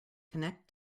connect